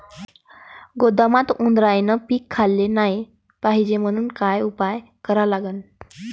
गोदामात उंदरायनं पीक खाल्लं नाही पायजे म्हनून का उपाय करा लागन?